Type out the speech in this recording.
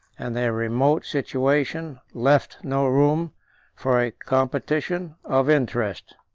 and their remote situation left no room for a competition of interest.